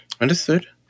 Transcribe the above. Understood